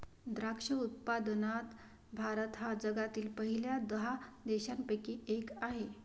द्राक्ष उत्पादनात भारत हा जगातील पहिल्या दहा देशांपैकी एक आहे